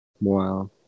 Wow